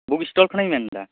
book stall ᱠᱷᱚᱱᱤᱧ ᱢᱮᱱᱮᱫᱟ